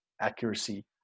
accuracy